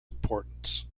importance